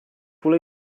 will